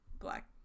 black